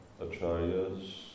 Acharyas